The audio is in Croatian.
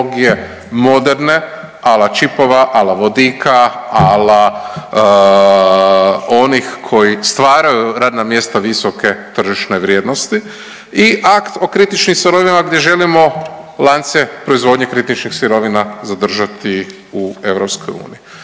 tehnologije moderne ala čipova, ala vodika, ala onih koji stvaraju radna mjesta visoke tržišne vrijednosti i akt o kritičnim sirovinama gdje želimo lance proizvodnje kritičkih sirovina zadržati u EU,